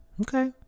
Okay